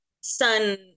son